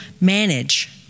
manage